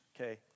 okay